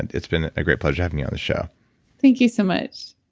and it's been a great pleasure having you on the show thank you so much